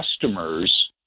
customers